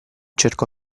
cercò